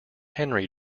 henry